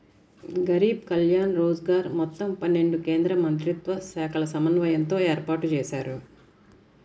గరీబ్ కళ్యాణ్ రోజ్గర్ మొత్తం పన్నెండు కేంద్రమంత్రిత్వశాఖల సమన్వయంతో ఏర్పాటుజేశారు